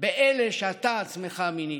באלו שאתה עצמך מינית.